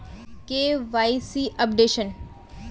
KYC updation?